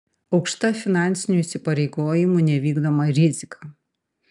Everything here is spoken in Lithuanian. aukšta finansinių įsipareigojimų nevykdymo rizika